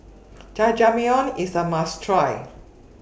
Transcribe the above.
Jajangmyeon IS A must Try